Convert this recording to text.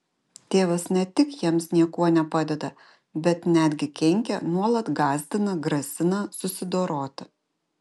tėvas ne tik jiems niekuo nepadeda bet netgi kenkia nuolat gąsdina grasina susidoroti